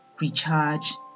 recharge